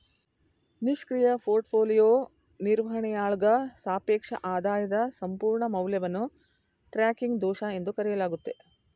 ನಿಷ್ಕ್ರಿಯ ಪೋರ್ಟ್ಫೋಲಿಯೋ ನಿರ್ವಹಣೆಯಾಳ್ಗ ಸಾಪೇಕ್ಷ ಆದಾಯದ ಸಂಪೂರ್ಣ ಮೌಲ್ಯವನ್ನು ಟ್ರ್ಯಾಕಿಂಗ್ ದೋಷ ಎಂದು ಕರೆಯಲಾಗುತ್ತೆ